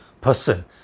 person